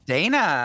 Dana